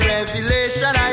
Revelation